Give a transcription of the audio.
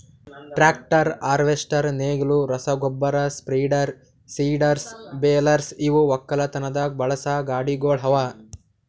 tractor, harvester, ನೇಗಿಲು, ರಸಗೊಬ್ಬರ spreader, seeders, balers ಇವು ಒಕ್ಕಲತನದಾಗ್ ಬಳಸಾ ಗಾಡಿಗೊಳ್ ಅವಾ